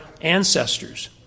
ancestors